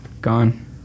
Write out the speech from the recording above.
gone